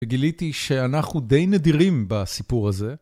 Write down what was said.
וגיליתי שאנחנו די נדירים בסיפור הזה.